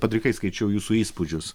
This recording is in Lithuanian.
padrikai skaičiau jūsų įspūdžius